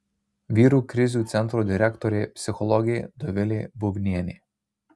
vyrų krizių centro direktorė psichologė dovilė bubnienė